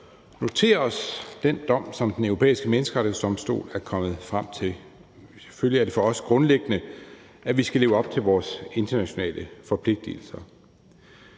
noterer os den dom, som Den Europæiske Menneskerettighedsdomstol er kommet frem til. Selvfølgelig er det for os grundlæggende, at vi skal leve op til vores internationale forpligtigelser.